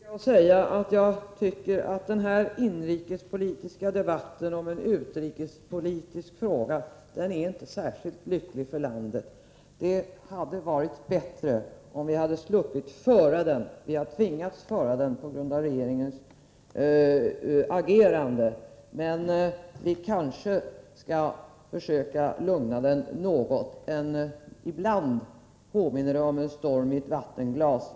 Fru talman! Jag kan inte underlåta att säga att jag tycker att den här inrikespolitiska debatten om en utrikespolitisk fråga inte är särkilt lycklig för landet. Det hade varit bättre om vi hade sluppit föra den. Vi är tvungna att föra den på grund av regeringens agerande. Men vi skall kanske försöka lugna ner den något. Ibland påminner den om en storm i ett vattenglas.